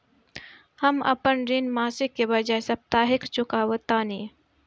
हम अपन ऋण मासिक के बजाय साप्ताहिक चुकावतानी